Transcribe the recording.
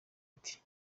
ati